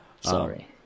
Sorry